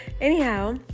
Anyhow